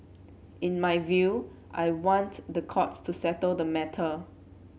in my view I want the courts to settle the matter